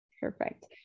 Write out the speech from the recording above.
Perfect